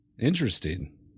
Interesting